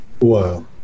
Wow